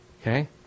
okay